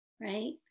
right